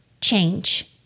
change